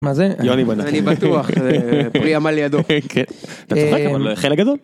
מה זה אני בטוח. זה.. עמליה דואק. אהה, אתה צוחק אבל חלק גדול